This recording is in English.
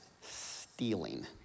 stealing